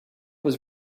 was